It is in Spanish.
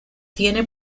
tiene